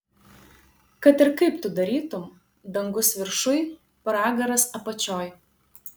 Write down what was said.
kad ir kaip tu darytum dangus viršuj pragaras apačioj